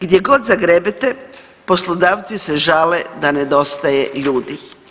Gdje god zagrebete poslodavci se žale da nedostaje ljudi.